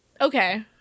Okay